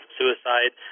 suicide